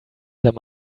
them